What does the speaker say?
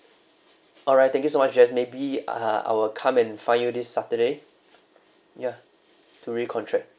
alright thank you so much jess maybe ah I will come and find you this saturday ya to re-contract